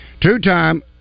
two-time